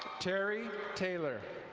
terry taylor.